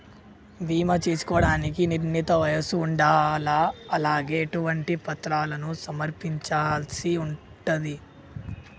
బీమా చేసుకోవడానికి నిర్ణీత వయస్సు ఉండాలా? అలాగే ఎటువంటి పత్రాలను సమర్పించాల్సి ఉంటది?